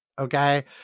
Okay